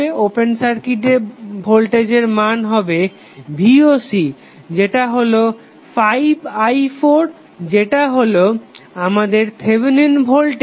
open circuit ভোল্টেজের মান হবে voc যেটা হলো 5i4 যেটা হলো আমাদের থেভেনিন ভোল্টেজ